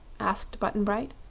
asked button-bright.